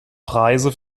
preise